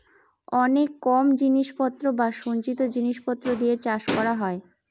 অনেক কম জিনিস পত্র বা সঞ্চিত জিনিস পত্র দিয়ে চাষ করা হয়